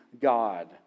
God